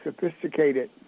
sophisticated